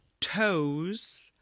Toes